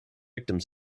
victims